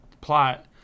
plot